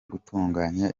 gutunganya